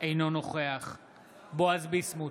אינו נוכח בועז ביסמוט,